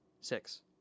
Six